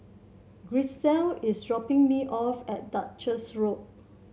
Gisselle is dropping me off at Duchess Road